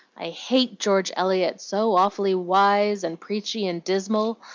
i hate george eliot so awfully wise and preachy and dismal!